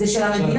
זה של המדינה.